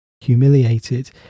humiliated